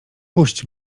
puść